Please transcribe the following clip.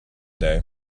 day